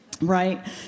right